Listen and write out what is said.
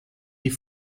die